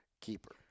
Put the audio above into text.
keeper